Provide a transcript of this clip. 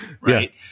Right